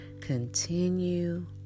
Continue